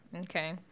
Okay